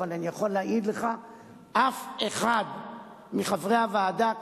אבל אני יכול להעיד לך שאף אחד מחברי הוועדה,